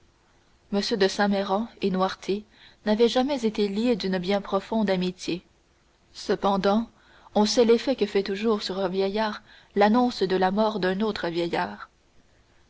m de saint méran et noirtier n'avaient jamais été liés d'une bien profonde amitié cependant on sait l'effet que fait toujours sur un vieillard l'annonce de la mort d'un autre